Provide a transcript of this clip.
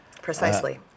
precisely